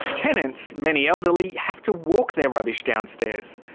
tenants many elderly have to walk their rubbish downstairs.